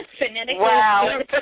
Wow